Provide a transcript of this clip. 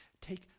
Take